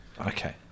Okay